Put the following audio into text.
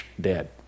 Dead